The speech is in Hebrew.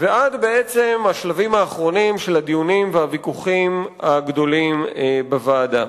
ועד בעצם השלבים האחרונים של הדיונים והוויכוחים הגדולים בוועדה.